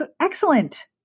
Excellent